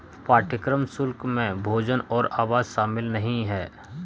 पाठ्यक्रम शुल्क में भोजन और आवास शामिल नहीं है